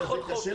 אתה יכול חופשי.